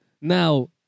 Now